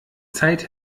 zeit